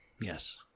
Yes